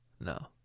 No